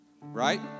Right